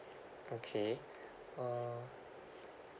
okay uh